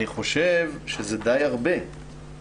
אני חושב שזה די הרבה.